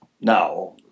Now